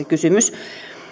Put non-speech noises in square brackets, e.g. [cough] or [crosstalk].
[unintelligible] kysymys